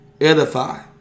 edify